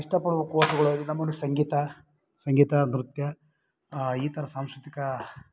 ಇಷ್ಟ ಪಡುವ ಕೋರ್ಸುಗಳಲ್ಲಿ ನಮ್ಮಲ್ಲಿ ಸಂಗೀತ ಸಂಗೀತ ನೃತ್ಯ ಈ ಥರ ಸಾಂಸ್ಕೃತಿಕ